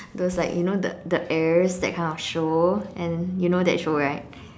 those like you know the the heirs that kind of show and you know that show right